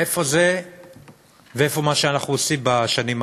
איפה זה ואיפה מה שאנחנו עושים בשנים האחרונות?